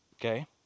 okay